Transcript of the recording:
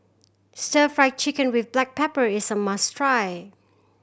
Stir Fried Chicken with black pepper is a must try